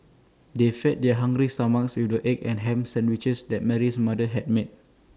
they fed their hungry stomachs with the egg and Ham Sandwiches that Mary's mother had made